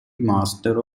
master